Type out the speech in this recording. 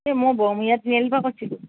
এ মই বৰমূৰীয়া তিনিআলিৰ পৰা কৈছিলোঁ